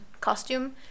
costume